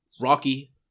rocky